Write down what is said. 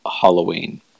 Halloween